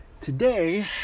today